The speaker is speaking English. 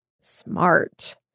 smart